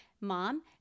Mom